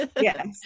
yes